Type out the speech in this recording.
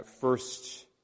first